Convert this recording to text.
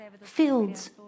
fields